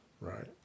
Right